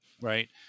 right